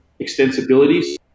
extensibilities